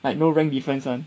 like no rank difference [one]